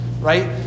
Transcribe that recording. right